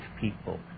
people